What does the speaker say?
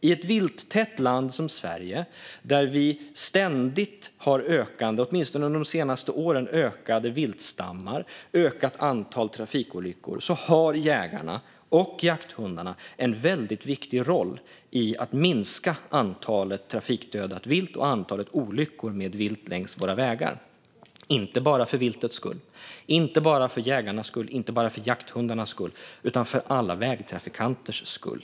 I ett vilttätt land som Sverige där vi ständigt, åtminstone under de senaste åren, har ökade viltstammar och ett ökat antal trafikolyckor har jägarna och jakthundarna en väldigt viktig roll i att minska antalet trafikdödat vilt och antalet olyckor med vilt längs våra vägar - inte bara för viltets skull, inte bara för jägarnas skull och inte bara för jakthundarnas skull utan för alla vägtrafikanters skull.